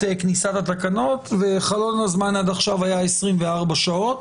כניסת התקנות וחלון הזמן עד עכשיו היה 24 שעות,